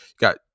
got